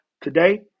today